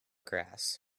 grass